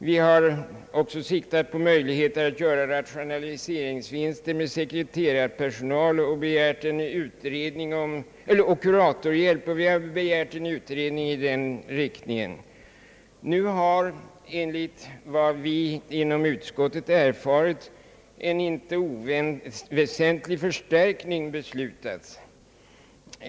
Vi har också siktat på möjligheten att göra rationaliseringsvinster med sekreterarpersonal och kuratorshjälp, och vi har begärt en utredning i den riktningen. Nu har, enligt vad vi inom utskottet erfarit, en inte oväsentlig förstärkning beslutats.